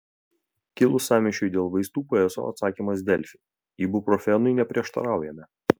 kilus sąmyšiui dėl vaistų pso atsakymas delfi ibuprofenui neprieštaraujame